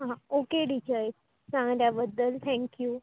आं ओके टिचय सांगल्या बद्दल थॅंक्यू